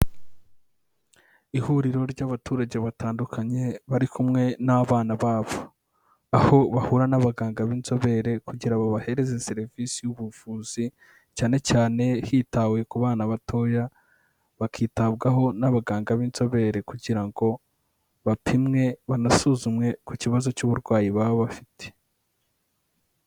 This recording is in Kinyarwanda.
Ihuriro ry'abaturage batandukanye bari kumwe n'abana babo, aho bahura n'abaganga b'inzobere kugira babahereze serivisi y'ubuvuzi, cyane cyane hitawe ku bana batoya; bakitabwaho n'abaganga b'inzobere kugira ngo bapimwe banasuzumwe ku kibazo cy'uburwayi baba bafite.